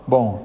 Bom